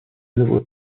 nouveaux